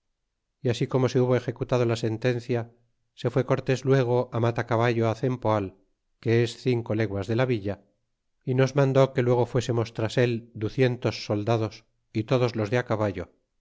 y así como se hubo executado la sentencia se fué cortés luego matacaballo cempoal que es cinco leguas de la villa y nos mandó que luego fuésemos tras él duelen tos soldados y todos los de caballo